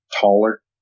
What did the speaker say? taller